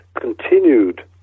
continued